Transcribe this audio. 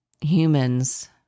humans